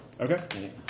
Okay